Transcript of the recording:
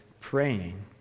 praying